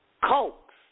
Cokes